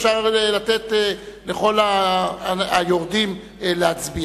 אפשר לתת לכל היורדים להצביע.